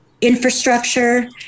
infrastructure